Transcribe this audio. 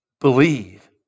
believe